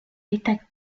est